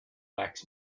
wax